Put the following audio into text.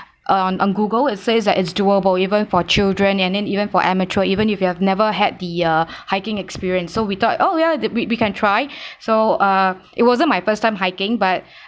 uh on Google it says that it's doable even for children and then even for amateur even if you have never had the uh hiking experience so we thought oh ya we we can try so uh it wasn't my first time hiking but